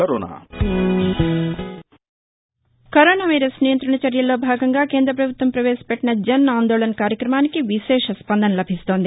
corona virus నియంత్రణ చర్యల్లో భాగంగా కేంద్రప్రభుత్వం భవేశపెట్టిన జన్ ఆందోళన్ కార్యక్రమానికి విశేష స్పందన లభిస్తోంది